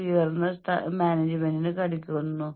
ഈ ആഴ്ച അവസാനത്തോടെ ഞാൻ എന്താണ് ചെയ്യേണ്ടതെന്ന് നോക്കുക